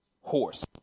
horse